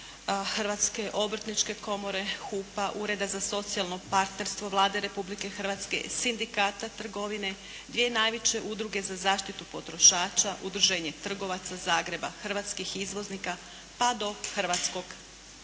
Hrvatske obrtničke komore, HUP-a, Ureda za socijalno partnerstvo Vlade Republike Hrvatske, Sindikata trgovine, dvije najveće Udruge za zaštitu potrošača, Udruženje trgovaca Zagreba, hrvatskih izvoznika, pa do Hrvatskog Caritasa.